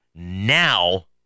Now